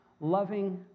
loving